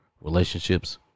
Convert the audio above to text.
Relationships